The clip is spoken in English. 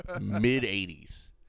mid-80s